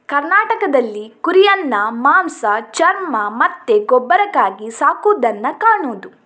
ಕರ್ನಾಟಕದಲ್ಲಿ ಕುರಿಯನ್ನ ಮಾಂಸ, ಚರ್ಮ ಮತ್ತೆ ಗೊಬ್ಬರಕ್ಕಾಗಿ ಸಾಕುದನ್ನ ಕಾಣುದು